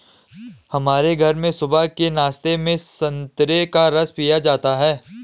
हमारे घर में सुबह के नाश्ते में संतरे का रस पिया जाता है